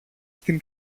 στην